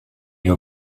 you